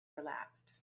relaxed